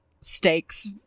stakes